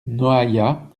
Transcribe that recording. noaillat